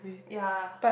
ya